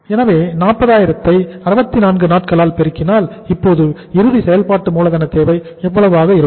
எனவே 40000 ஐ 64 நாட்களால் பெருக்கினால் இப்போது இறுதி செயல்பாட்டு மூலதன தேவை எவ்வளவாக இருக்கும்